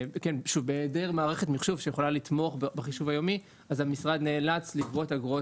בהיעדר מערכת מחשוב שיכולה לתמוך בחישוב היומי המשרד נאלץ לגבות אגרות